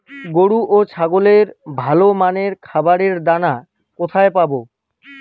গরু ও ছাগলের ভালো মানের খাবারের দানা কোথায় পাবো?